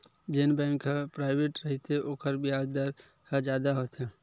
जेन बेंक ह पराइवेंट रहिथे ओखर बियाज दर ह जादा होथे